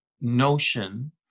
notion